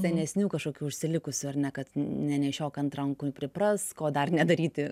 senesnių kažkokių užsilikusių ar ne kad nenešiok ant rankų pripras ko dar nedaryti